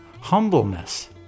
humbleness